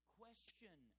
question